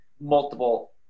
multiple